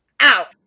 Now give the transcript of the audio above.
out